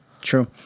True